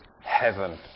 heaven